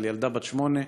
ילדה בת שמונה,